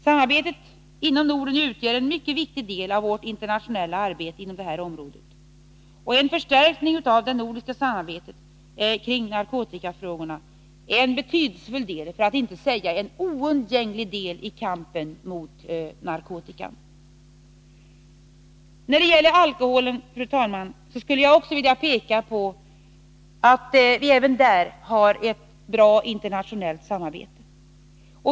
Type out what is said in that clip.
Samarbetet inom Norden utgör en mycket viktig del av vårt internationella arbete på detta område. En förstärkning av det nordiska samarbetet kring narkotikafrågorna är en betydelsefull för att inte säga oundgänglig del i kampen mot narkotika. När det gäller alkoholfrågorna, fru talman, skulle jag vilja peka på att vi även där har ett bra internationellt samarbete.